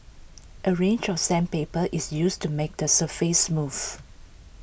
A range of sandpaper is used to make the surface smooth